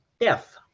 death